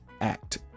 Act